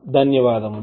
ధన్యవాదములు